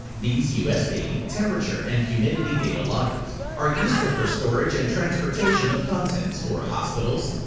these usb, temperature and humidity data loggers are useful for storage and transportation of contents for hospitals,